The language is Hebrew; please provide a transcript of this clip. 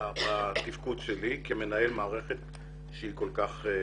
לתפקוד שלי כמנהל מערכת שהיא כל כך מורכבת.